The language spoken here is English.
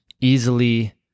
easily